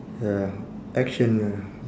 ya action ya